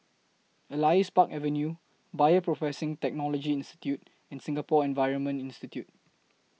Elias Park Avenue Bioprocessing Technology Institute and Singapore Environment Institute